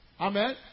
Amen